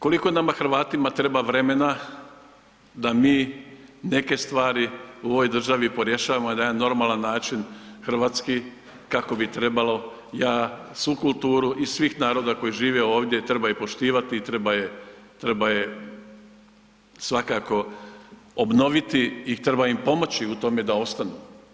Koliko nama Hrvatima treba vremena da mi neke stvari u ovoj državi porješavamo na jedan normalan način, hrvatski, kako bi trebalo, ja svu kulturu i svih naroda koji žive ovdje, treba ih poštivati, treba je svakako obnoviti i treba im pomoći u tome da ostanu.